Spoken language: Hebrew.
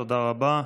תודה רבה.